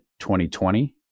2020